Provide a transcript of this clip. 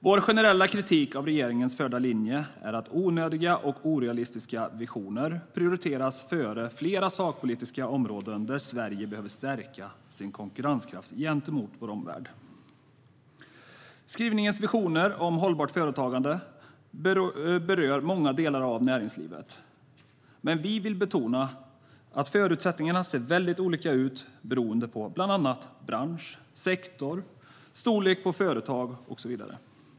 Vår generella kritik av regeringens förda linje är att onödiga och orealistiska visioner prioriteras före flera sakpolitiska områden där Sverige behöver stärka sin konkurrenskraft gentemot omvärlden. Skrivelsens visioner om hållbart företagande berör många delar av näringslivet, men vi vill betona att förutsättningarna ser väldigt olika ut beroende på bland annat bransch, sektor och storlek på företag.